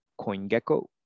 CoinGecko